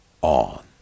on